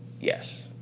Yes